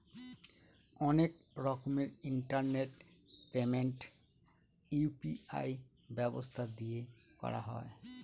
অনেক রকমের internet payment UPI ব্যবস্থা দিয়ে করা হয়